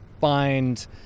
find